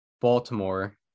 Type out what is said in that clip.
Baltimore